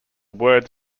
words